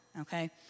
okay